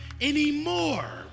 anymore